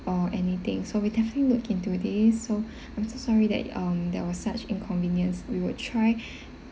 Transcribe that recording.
or anything so we definitely look into this so I'm so sorry that um that was such inconvenience we will try